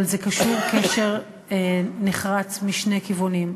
אבל זה קשור קשר נחרץ משני כיוונים: